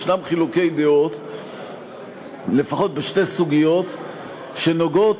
יש חילוקי דעות לפחות בשתי סוגיות שנוגעות